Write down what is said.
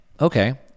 Okay